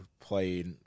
played